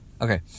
Okay